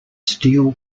steel